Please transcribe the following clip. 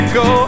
go